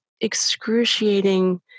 excruciating